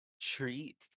treat